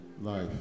life